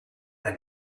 and